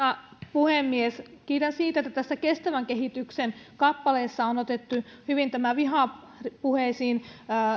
puhemies kiitos siitä että tässä kestävän kehityksen kappaleessa on otettu hyvin tämä vihapuheisiin